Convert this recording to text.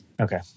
Okay